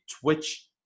Twitch